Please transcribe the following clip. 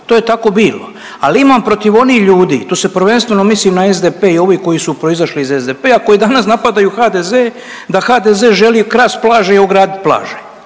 to je tako bilo. Ali imam protiv onih ljudi, tu se prvenstveno mislim na SDP i ovih koji su proizašli iz SDP-a koji danas napadaju HDZ, da HDZ želi krast plaže i ogradit plaže.